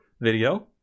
video